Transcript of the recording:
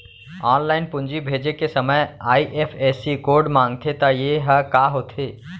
Online पूंजी भेजे के समय आई.एफ.एस.सी कोड माँगथे त ये ह का होथे?